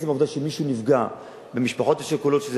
עצם העובדה שמישהו מהמשפחות השכולות נפגע,